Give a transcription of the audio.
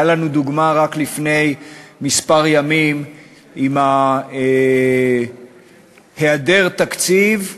הייתה לנו דוגמה רק לפני כמה ימים עם היעדר התקציב,